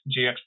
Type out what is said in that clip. GX